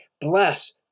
Bless